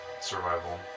Survival